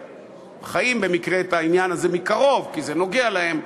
שחיים במקרה את העניין הזה מקרוב כי זה נוגע להם,